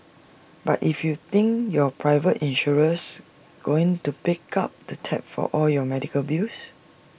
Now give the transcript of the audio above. but if you think your private insurer's going to pick up the tab for all your medical bills